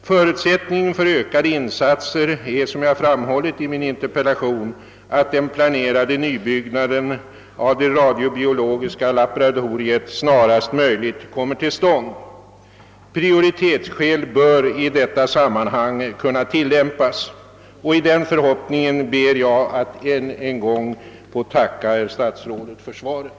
Förutsättningen för ökade insatser är, som jag har framhållit i min interpellation, att den planerade nybyggnaden av det radio biologiska laboratoriet snarast möjligt kommer till stånd. Prioritetsskäl bör i detta sammanhang kunna åberopas. I den förhoppningen ber jag att än en gång få tacka herr statsrådet för svaret.